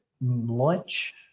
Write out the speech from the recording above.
lunch